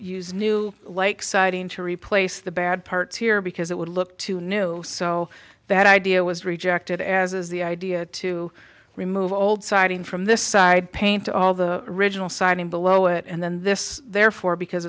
use new like siding to replace the bad parts here because it would look too new so that idea was rejected as is the idea to remove old siding from this side paint all the original siding below it and then this therefore because